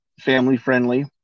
family-friendly